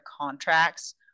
contracts